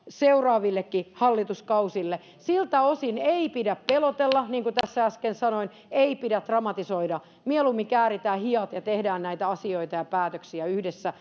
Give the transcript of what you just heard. seuraavillekin hallituskausille siltä osin ei pidä pelotella niin kuin tässä äsken sanoin ei pidä dramatisoida mieluummin kääritään hihat ja tehdään näitä asioita ja päätöksiä yhdessä kun